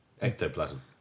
ectoplasm